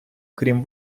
крім